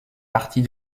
partie